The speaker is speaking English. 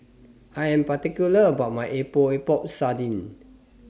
I Am particular about My Epok Epok Sardin